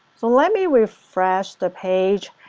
so let me refresh the page,